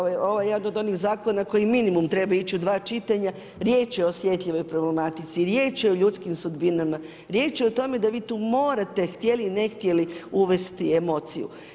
Ovo je jedan od onih zakona koji minimum treba ići u dva čitanja, riječ je o osjetljivoj problematici, riječ je o ljudskim sudbinama, riječ je o tome da vi tu morate htjeli ne htjeli uvesti emociju.